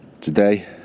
today